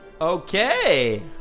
Okay